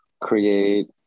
create